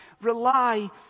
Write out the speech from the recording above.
rely